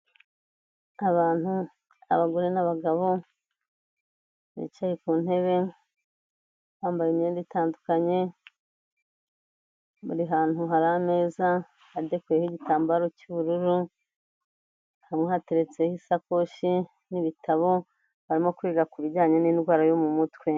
Abantu, abagore n'abagabo bicaye ku ntebe, bambaye imyenda itandukanye, buri hantu hari ameza adekoyeho igitambaro cy'ubururu, hamwe hateretseho isakoshi n'ibitabo, barimo kwiga ku bijyanye n'indwara yo mu mutwe.